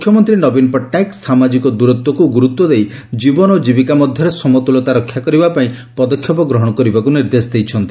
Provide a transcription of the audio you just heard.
ମୁଖ୍ୟମନ୍ତୀ ନବୀନ ପଟ୍ଟନାୟକ ସାମାଜିକ ଦୂରତ୍ୱକୁ ଗୁରୁତ୍ୱ ଦେଇ ଜୀବନ ଓ ଜୀବିକା ମଧ୍ଧରେ ସମତୁଲତା ରକ୍ଷା କରିବା ପାଇଁ ପଦକ୍ଷେପ ଗ୍ରହଣ କରିବାକୁ ନିର୍ଦ୍ଦେଶ ଦେଇଛନ୍ତି